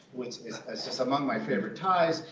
which is just among my favorite ties,